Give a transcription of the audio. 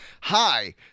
Hi